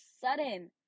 sudden